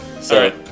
Sorry